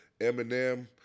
Eminem